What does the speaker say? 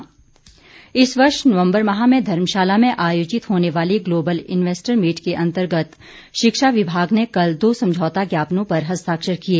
सुरेश भारद्वाज इस वर्ष नवम्बर माह में धर्मशाला में आयोजित होने वाली ग्लोबल इंवेस्टर मीट के अंतर्गत शिक्षा विभाग ने कल दो समझौता ज्ञापनों पर हस्ताक्षर किए